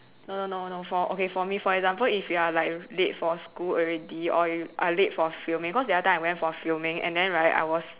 no no no no for okay for me for example if you're like late for school already or you are late for filming cause the other time I went for filming and then right I was